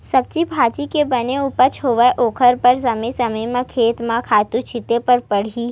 सब्जी भाजी के बने उपज होवय ओखर बर समे समे म खेत म खातू छिते बर परही